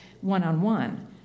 one-on-one